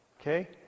Okay